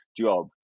job